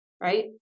right